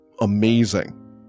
amazing